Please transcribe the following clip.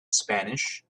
spanish